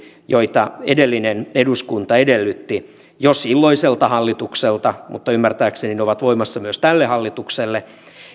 joita edellinen eduskunta edellytti jo silloiselta hallitukselta mutta ymmärtääkseni ne ovat voimassa myös tälle hallitukselle